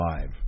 live